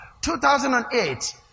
2008